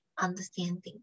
understanding